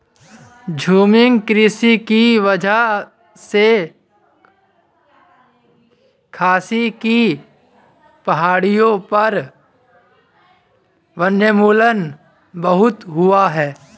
झूमिंग कृषि की वजह से खासी की पहाड़ियों पर वनोन्मूलन बहुत हुआ है